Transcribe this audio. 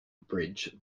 bridge